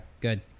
good